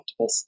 activists